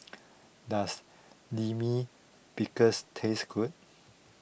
does Lime Pickle taste good